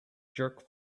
jerk